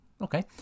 Okay